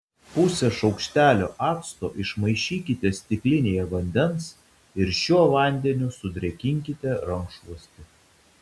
pusę šaukštelio acto išmaišykite stiklinėje vandens ir šiuo vandeniu sudrėkinkite rankšluostį